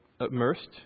immersed